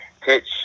pitch